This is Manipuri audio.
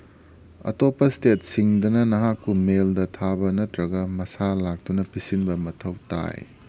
ꯑꯇꯣꯞꯄ ꯏꯁꯇꯦꯠꯁꯤꯡꯗꯅ ꯅꯍꯥꯛꯄꯨ ꯃꯦꯜꯗ ꯊꯥꯕ ꯅꯠꯇ꯭ꯔꯒ ꯃꯁꯥ ꯂꯥꯛꯇꯨꯅ ꯄꯤꯁꯤꯟꯕ ꯃꯊꯧ ꯇꯥꯏ